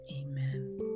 Amen